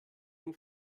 den